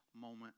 moment